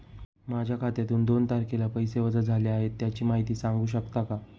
माझ्या खात्यातून दोन तारखेला पैसे वजा झाले आहेत त्याची माहिती सांगू शकता का?